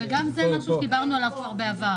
גם זה דבר שכבר דיברנו עליו בעבר.